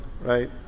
right